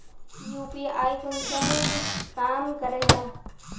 UPI कुंसम काम करे है?